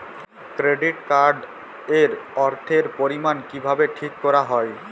Credit card এর অর্থের পরিমান কিভাবে ঠিক করা হয়?